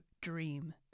dream